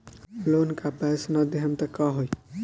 Loan का पैस न देहम त का होई?